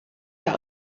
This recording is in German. der